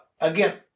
again